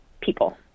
people